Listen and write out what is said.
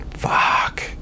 Fuck